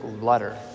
letter